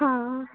हँ हँ